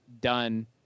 done